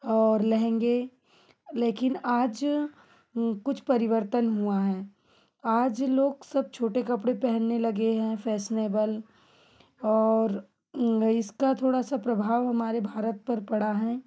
और लहेंगे लेकिन आज कुछ परिवर्तन हुआ है आज लोग सब छोटे कपड़े पहनने लगे है फैशनेबल और इसका थोड़ा सा प्रभाव हमारे भारत पर पड़ा है